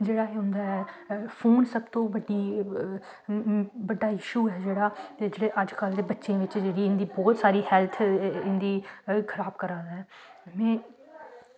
जेह्ड़ा होंदा ऐ फोन सब तू बड्डी बड्डा इश्यू ऐ जेह्ड़ा अज्जकल दे बच्चे बिच बहोत जादा इंदी हेल्थ जेह्ड़ी छड़ा खराब करा करा दा ऐ